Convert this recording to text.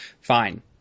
fine